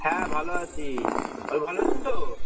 হ্যাঁ ভালো আছি ওই ভালো আছেন তো